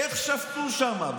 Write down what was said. איך שפטו שם?